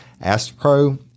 AstroPro